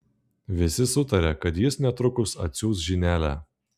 visi sutarė kad jis netrukus atsiųs žinelę